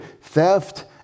theft